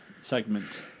segment